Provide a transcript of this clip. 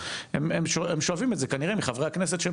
הם שואבים את זה כנראה מבחרי הכנסת שהם